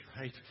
right